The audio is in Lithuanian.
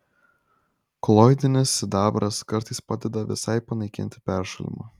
koloidinis sidabras kartais padeda visai panaikinti peršalimą